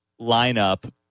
lineup